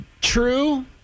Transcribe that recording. True